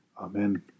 Amen